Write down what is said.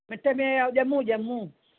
मिठे में ऐं ॼमूं ॼमूं